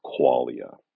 qualia